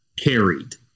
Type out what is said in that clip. Carried